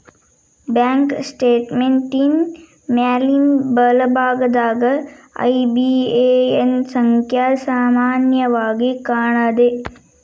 bank ಸ್ಟೇಟ್ಮೆಂಟಿನ್ ಮ್ಯಾಲಿನ್ ಬಲಭಾಗದಾಗ ಐ.ಬಿ.ಎ.ಎನ್ ಸಂಖ್ಯಾ ಸಾಮಾನ್ಯವಾಗಿ ಕಾಣ್ತದ